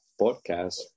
podcast